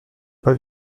pas